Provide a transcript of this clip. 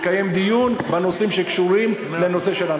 לקיים דיון בנושאים שקשורים לנושא.